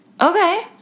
Okay